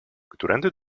którędy